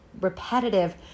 repetitive